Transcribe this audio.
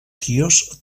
quios